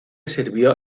sirvió